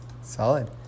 solid